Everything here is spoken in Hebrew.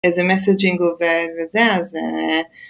אז המסג'ינג עובד לזה, זה...